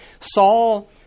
Saul